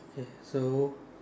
okay so